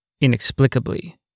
inexplicably